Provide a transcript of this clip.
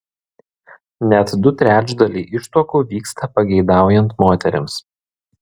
net du trečdaliai ištuokų vyksta pageidaujant moterims